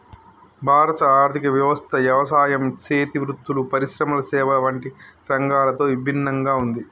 భారత ఆర్థిక వ్యవస్థ యవసాయం సేతి వృత్తులు, పరిశ్రమల సేవల వంటి రంగాలతో ఇభిన్నంగా ఉంది